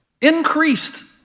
Increased